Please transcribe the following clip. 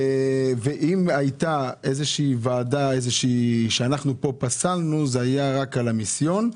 אם היה מקרה שאנחנו פסלנו זה היה רק לגבי המיסיון,